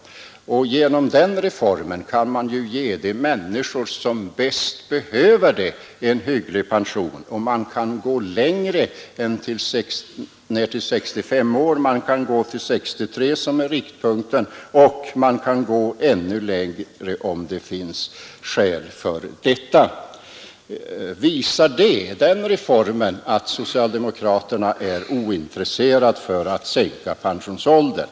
Genom den reformen kan de människor som bäst behöver det få en hygglig pension. Man kan få pension tidigare än vid 65 år. 63 år är riktpunkten, och man kan sätta gränsen ännu lägre, om det finns skäl för det. Visar den reformen att socialdemokraterna är ointresserade av att sänka pensionsåldern?